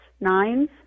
nines